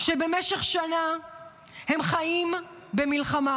שבמשך שנה הם חיים במלחמה.